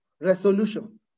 resolution